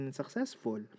successful